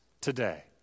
today